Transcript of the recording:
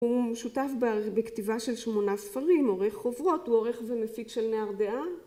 הוא שותף בכתיבה של שמונה ספרים, עורך חוברות, הוא עורך ומפיק של נערדא